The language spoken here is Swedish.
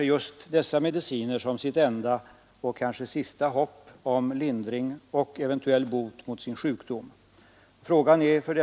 inte är registrerade vid socialstyrelsen och att påpekanden m.m. i denna fråga tidigare inte har föranlett någon förändring i tillverkningssätt osv., varför beslaget ur rent juridisk synpunkt är försvarbart. Vad som däremot bör beaktas är det faktum att en stor mängd sjuka människor har funnit lindring och bättring i sina sjukdomar genom preparat som tillverkas eller förmedlas genom det ifrågavarande företaget.